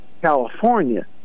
california